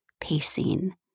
pacing